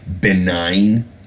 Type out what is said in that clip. benign